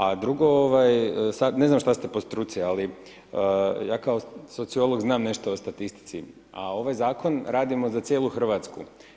A drugo, ne znam što ste po struci, ali ja kao sociolog, znam nešto o statistici, a ovaj zakon radimo za cijelu Hrvatsku.